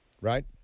right